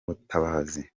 butabazi